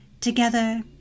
together